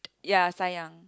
ya sayang